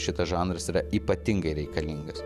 šitas žanras yra ypatingai reikalingas